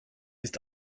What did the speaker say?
ist